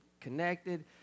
connected